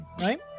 right